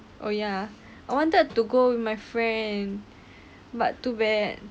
oh ya I wanted to go with my friend but too bad